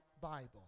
Bible